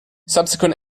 subsequent